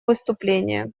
выступление